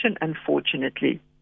unfortunately